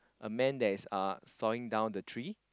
a man that is uh sawing down the tree